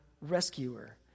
Rescuer